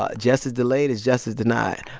ah justice delayed is justice denied.